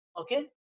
Okay